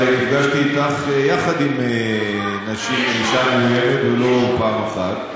הרי נפגשתי אתך יחד עם אישה מאוימת, ולא פעם אחת.